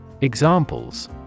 Examples